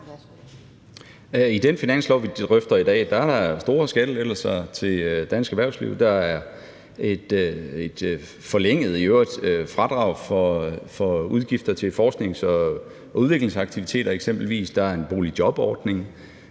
I den finanslov, vi drøfter i dag, er der store skattelettelser til dansk erhvervsliv. Der er et – i øvrigt forlænget – fradrag for udgifter til forsknings- og udviklingsaktiviteter. Der er en boligjobordning.